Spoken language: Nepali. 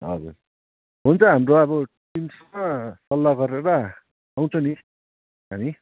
हजुर हुन्छ हाम्रो अब टिमसँग सल्लाह गरेर आउँछौँ नि हामी